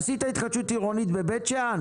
עשית התחדשות עירונית בבית שאן?